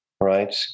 right